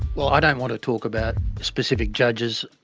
well, i don't want to talk about specific judges.